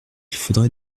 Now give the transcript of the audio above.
faudrait